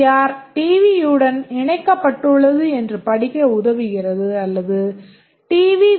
R டிவியுடன் இணைக்கப்பட்டுள்ளது என்று படிக்க உதவுகிறது அல்லது டிவி வி